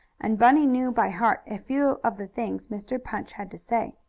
and bunny knew by heart a few of the things mr. punch had to say.